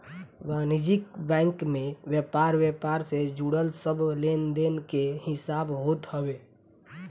वाणिज्यिक बैंक में व्यापार व्यापार से जुड़ल सब लेनदेन के हिसाब होत हवे